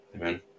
Amen